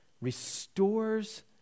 restores